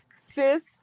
sis